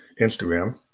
Instagram